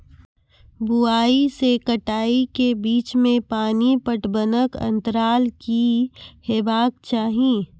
बुआई से कटाई के बीच मे पानि पटबनक अन्तराल की हेबाक चाही?